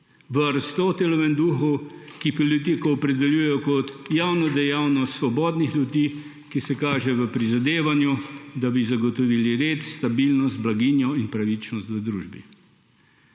V Aristotelovem duhu, ki politiko opredeli kot javno dejavnost svobodnih ljudi, ki se kaže v prizadevanju, da bi zagotovili red, stabilnost, blaginjo in pravičnost v družbi.